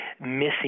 missing